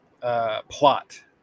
plot